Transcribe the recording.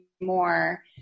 more